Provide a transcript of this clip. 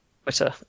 twitter